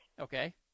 Okay